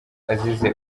azize